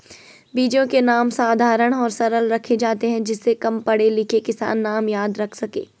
बीजों के नाम साधारण और सरल रखे जाते हैं जिससे कम पढ़े लिखे किसान नाम याद रख सके